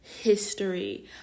history